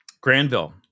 Granville